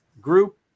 group